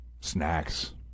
Snacks